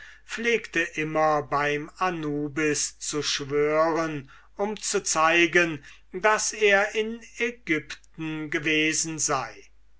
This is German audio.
pflegte immer beim anubis zu schwören um zu zeigen daß er in aegypten gewesen sei